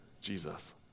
Jesus